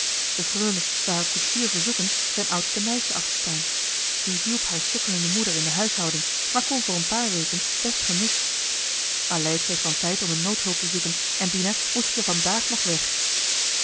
de freule zou haar koetsier verzoeken zijn oudste meisje af te staan die hielp haar sukkelende moeder in de huishouding maar kon voor een paar weken best gemist aleid kreeg dan tijd om een noodhulp te zoeken en dina moest hier vandaag nog weg